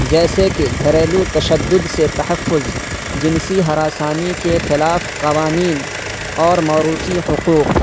جیسے کہ گھریلوں تشدد سے تحفظ جنسی ہراسانی کے خلاف قوانین اور موروثی حقوق